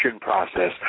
process